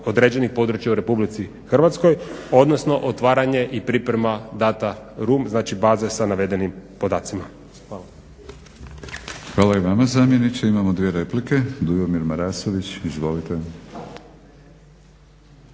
određenih područja u Republici Hrvatskoj, odnosno otvaranje i priprema data room, znači baze sa navedenim podacima. Hvala. **Batinić, Milorad (HNS)** Hvala i vama zamjeniče. Imamo dvije replike. Dujomir Marasović, izvolite.